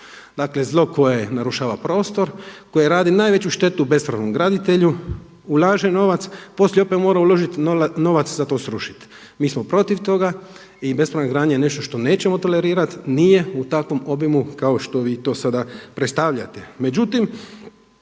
dakle zlo koje narušava prostor, koje radi najveću štetu bespravnom graditelju, ulaže novac, poslije opet mora uložiti novac za to srušit. Mi smo protiv toga i bespravna gradnja je nešto što nećemo tolerirati, nije u takvom obimu kao što vi to sada predstavljate.